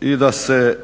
i da se